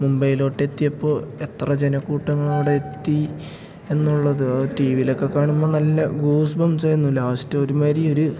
മുംബൈയിലോട്ടെത്തിയപ്പോൾ എത്ര ജനകൂട്ടങ്ങൾ ഇവിടെ എത്തി എന്നുള്ളത് ടീ വിയിലൊക്കെ കാണുമ്പോൾ നല്ല ഗൂസ്ബം ആയിരുന്നു ലാസ്റ്റ് ഒരുമാതിരി ഒരു